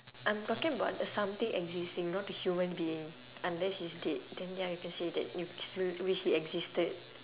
I'm talking about the something existing not the human being unless he's dead then ya you can say that you still wish he existed